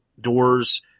doors